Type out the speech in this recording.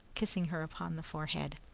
kissing her upon the forehead.